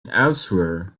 elsewhere